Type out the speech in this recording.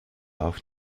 auch